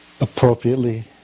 appropriately